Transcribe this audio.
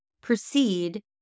proceed